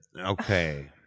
Okay